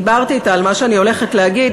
דיברתי אתה על מה שאני הולכת להגיד,